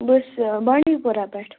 بہٕ حظ چھَس بانٛڈی پوٗرہ پٮ۪ٹھ